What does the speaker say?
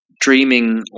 dreaming